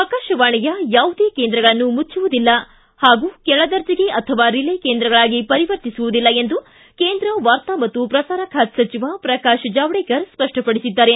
ಆಕಾಶವಾಣಿಯ ಯಾವುದೇ ಕೇಂದ್ರಗಳನ್ನು ಮುಚ್ಚುವುದಿಲ್ಲ ಹಾಗೂ ಕೆಳದರ್ಜೆಗೆ ಅಥವಾ ರಿಲೇ ಕೇಂದ್ರಗಳಾಗಿ ಪರಿವರ್ತಿಸುವುದಿಲ್ಲ ಎಂದು ಕೇಂದ್ರ ವಾರ್ತಾ ಮತ್ತು ಪ್ರಸಾರ ಖಾತೆ ಸಚಿವ ಪ್ರಕಾಶ್ ಜಾವೇಕರ್ ಸ್ಪಷ್ಟಪಡಿಸಿದ್ದಾರೆ